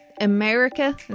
America